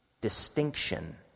distinction